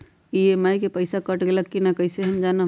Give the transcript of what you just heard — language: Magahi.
ई.एम.आई के पईसा कट गेलक कि ना कइसे हम जानब?